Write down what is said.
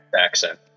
accent